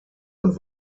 und